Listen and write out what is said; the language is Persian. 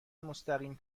مستقیم